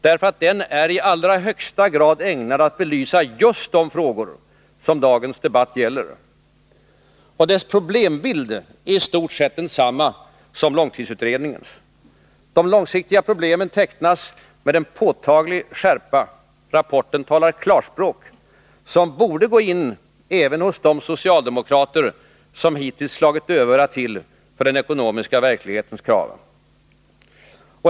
Rapporten är i allra högsta grad ägnad att belysa just de frågor som dagens debatt gäller. Dess problembild är i stort sett densamma som långtidsutredningens. De långsiktiga problemen tecknas med en påtaglig skärpa. Rapporten talar ett klarspråk, som borde gå in även hos de socialdemokrater som hittills har slagit dövörat till för den ekonomiska verklighetens krav.